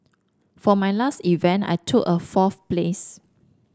for my last event I took a fourth place